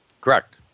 Correct